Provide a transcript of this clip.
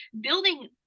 building